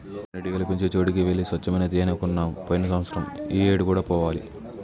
తేనెటీగలు పెంచే చోటికి వెళ్లి స్వచ్చమైన తేనే కొన్నాము పోయిన సంవత్సరం ఈ ఏడు కూడా పోవాలి